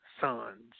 Sons